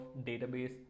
database